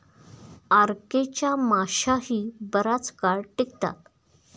RK च्या माश्याही बराच काळ टिकतात